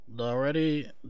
already